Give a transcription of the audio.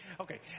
Okay